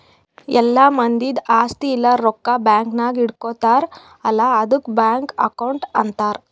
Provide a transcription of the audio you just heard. ಎಲ್ಲಾ ಮಂದಿದ್ ಆಸ್ತಿ ಇಲ್ಲ ರೊಕ್ಕಾ ಬ್ಯಾಂಕ್ ನಾಗ್ ಇಟ್ಗೋತಾರ್ ಅಲ್ಲಾ ಆದುಕ್ ಬ್ಯಾಂಕ್ ಅಕೌಂಟ್ ಅಂತಾರ್